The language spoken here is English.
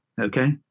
okay